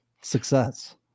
success